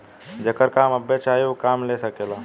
जेकरा काम अब्बे चाही ऊ काम ले सकेला